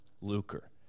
lucre